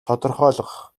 тодорхойлох